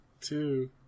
two